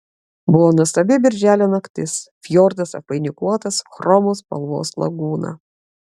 buvo nuostabi birželio naktis fjordas apvainikuotas chromo spalvos lagūna